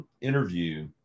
interview